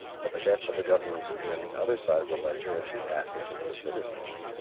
but the debts of the governments appear on the other side of the ledger as the assets of the citizens.